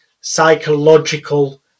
psychological